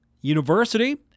university